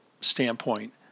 standpoint